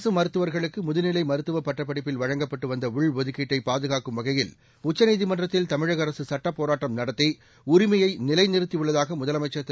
அரசு மருத்துவர்களுக்கு முதுநிலை மருத்துவப் பட்டப்படிப்பில் வழங்கப்பட்டு வந்த உள்ஒதுக்கீட்டை பாதுகாக்கும் வகையில் உச்சநீதிமன்றத்தில் தமிழக அரசு சுட்டப்போராட்டம் நடத்தி உரிமையை நிலைநிறுத்தியுள்ளதாக முதலமைச்சர் திரு